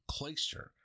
Clayster